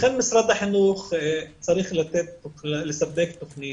לכן משרד החינוך צריך לספק תכנית,